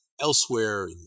elsewhere